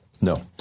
no